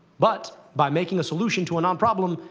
but, by making a solution to a non-problem,